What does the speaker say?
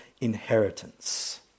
inheritance